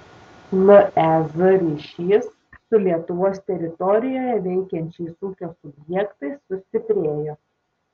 lez ryšys su lietuvos teritorijoje veikiančiais ūkio subjektais sustiprėjo